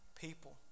people